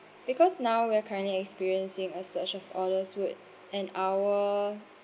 because now we're currently experiencing a surge of orders would an hour